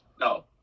no